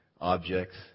Objects